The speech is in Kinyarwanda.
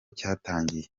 cyatangiye